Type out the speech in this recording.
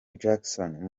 jackson